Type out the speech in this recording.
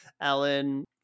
Alan